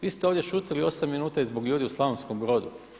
Vi ste ovdje šutjeli 8 minuta i zbog ljudi u Slavonskom Brodu.